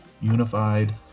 unified